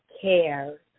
care